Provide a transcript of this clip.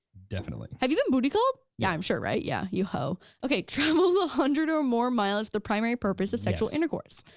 definitely. have you been booty called? yeah, i'm sure, right yeah, you hoe. okay, travel a hundred or more miles, the primary purpose of sexual intercourse.